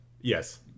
Yes